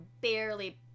barely